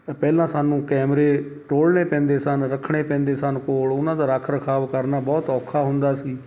ਤਾਂ ਪਹਿਲਾਂ ਸਾਨੂੰ ਕੈਮਰੇ ਟੋਹਲਣੇ ਪੈਂਦੇ ਸਨ ਰੱਖਣੇ ਪੈਂਦੇ ਸਨ ਕੋਲ ਉਹਨਾਂ ਦਾ ਰੱਖ ਰਖਾਵ ਕਰਨਾ ਬਹੁਤ ਔਖਾ ਹੁੰਦਾ ਸੀ